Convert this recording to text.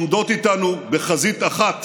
שעומדות איתנו בחזית אחת